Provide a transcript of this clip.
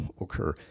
occur